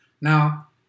Now